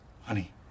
Honey